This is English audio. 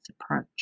approach